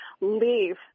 leave